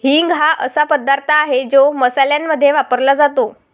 हिंग हा असा पदार्थ आहे जो मसाल्यांमध्ये वापरला जातो